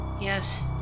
Yes